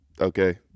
okay